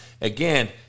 Again